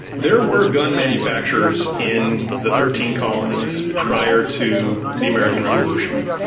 there were gun manufacturers in the thirteen colonies prior to the american revolution,